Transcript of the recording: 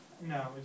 No